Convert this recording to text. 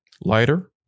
Lighter